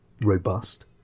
robust